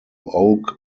oak